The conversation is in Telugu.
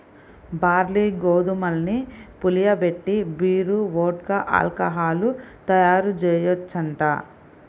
బార్లీ, గోధుమల్ని పులియబెట్టి బీరు, వోడ్కా, ఆల్కహాలు తయ్యారుజెయ్యొచ్చంట